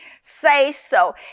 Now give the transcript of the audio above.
say-so